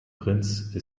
prince